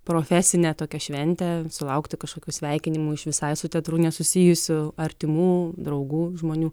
profesinę tokią šventę sulaukti kažkokių sveikinimų iš visai su teatru nesusijusių artimų draugų žmonių